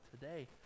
today